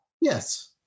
Yes